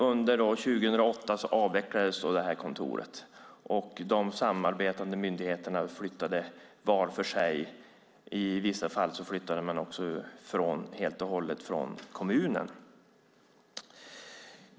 Under 2008 avvecklades sedan kontoret och de samarbetande myndigheterna flyttade ut var för sig. I vissa fall flyttade de från kommunen helt och hållet.